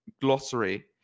glossary